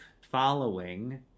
following